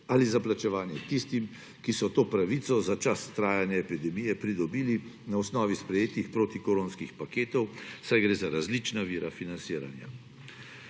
ali za plačevanje tistim, ki so to pravico za čas trajanja epidemije pridobili na osnovi sprejetih protikoronskih paketov, saj gre za različna vira financiranja.